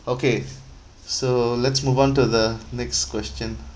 okay so let's move on to the next question